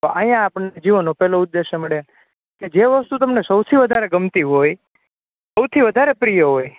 તો અહીંયા આપણને જીવનનો પહેલો ઉદેશ્ય મળે કે જે વસ્તુ તમને સૌથી વધારે ગમતી હોય સૌથી વધારે પ્રિય હોય